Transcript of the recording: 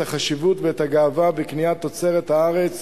החשיבות ואת הגאווה בקניית תוצרת הארץ,